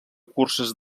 curses